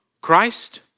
Christ